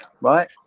right